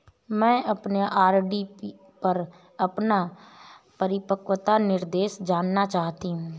मैं अपने आर.डी पर अपना परिपक्वता निर्देश जानना चाहती हूँ